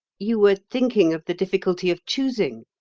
you were thinking of the difficulty of choosing?